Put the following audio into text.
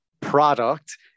product